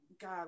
God